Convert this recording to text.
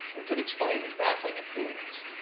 or could explain his baffling appearance.